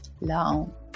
long